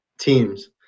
teams